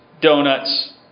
donuts